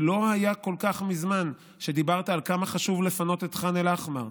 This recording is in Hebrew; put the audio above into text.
זה לא היה כל כך מזמן שדיברת על כמה חשוב לפנות את ח'אן אל-אחמר.